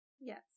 Yes